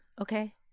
okay